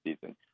season